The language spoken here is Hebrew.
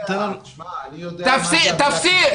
תפסיק.